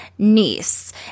Niece